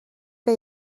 que